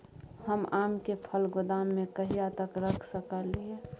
हम आम के फल गोदाम में कहिया तक रख सकलियै?